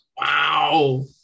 Wow